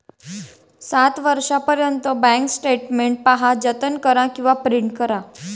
सात वर्षांपर्यंत bank statement पहा, जतन करा किंवा प्रिंट करा